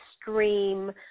stream